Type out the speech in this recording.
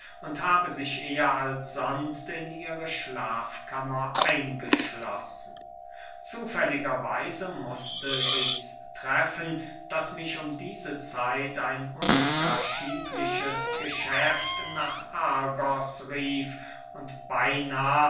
und habe sich eher als sonst in ihre schlafkammer eingeschlossen zufälliger weise mußte sichs treffen daß mich um diese zeit ein unverschiebliches geschäft nach argos rief und beynah